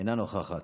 אינה נוכחת.